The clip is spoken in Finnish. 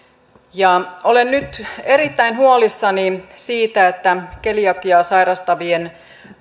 olen nyt erittäin huolissani siitä että keliakiaa sairastavien